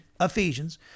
Ephesians